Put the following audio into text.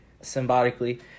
symbolically